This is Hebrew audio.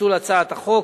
לפיצול הצעת החוק.